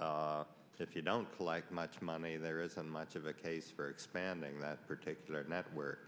and if you don't like much money there isn't much of a case for expanding that particular network